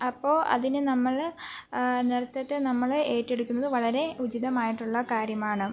അപ്പോൾ അതിനു നമ്മൾ നൃത്തത്തെ നമ്മൾ ഏറ്റെടുക്കുന്നത് വളരെ ഉചിതമായിട്ടുള്ള കാര്യമാണ്